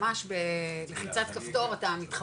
ממש בלחיצת כפתור אתה מתחבר.